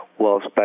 Whilst